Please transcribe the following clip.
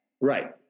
Right